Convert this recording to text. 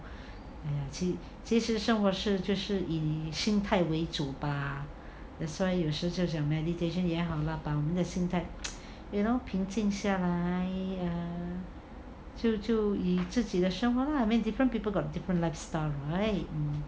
其是生活是就是以心态为主吧 that's why 有时就想 meditation 也好 lah you know 把我们的心态 you know 平静下来就就以自己的生活 lah I mean different people got different lifestyle right